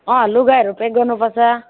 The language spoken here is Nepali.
अँ लुगाहरू प्याक गर्नुपर्छ